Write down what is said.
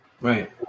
Right